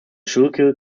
schuylkill